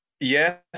Yes